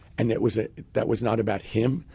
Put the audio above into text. and that was ah that was not about him,